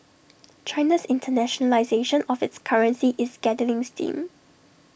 China's internationalisation of its currency is gathering steam